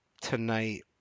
tonight